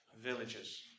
villages